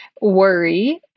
worry